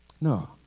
No